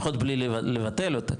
לפחות בלי לבטל אותה,